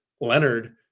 Leonard